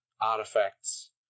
Artifacts